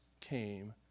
came